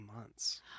months